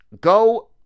go